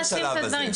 עברנו את השלב הזה.